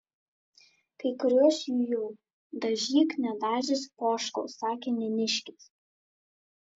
kai kuriuos jų jau dažyk nedažęs poškau sakė neniškis